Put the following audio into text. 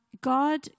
God